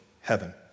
heaven